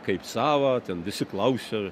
kaip savą ten visi klausia